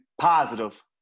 positive